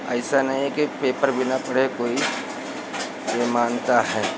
ऐसा नहीं है कि पेपर बिना पढ़े कोई यह मानता है